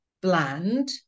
bland